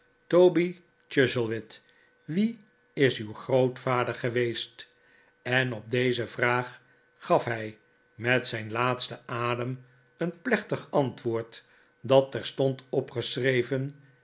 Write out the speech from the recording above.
toby chuzzlewit wie is uw grootvader geweest en op deze vraag gaf hij met zijn laatsten adem een plechtig antwoord dat terstond opgeschreven